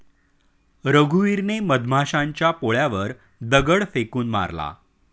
रघुवीरने मधमाशांच्या पोळ्यावर दगड फेकून मारला